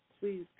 Please